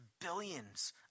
billions